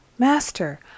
Master